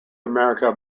america